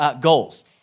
goals